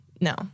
no